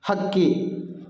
ಹಕ್ಕಿ